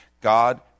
God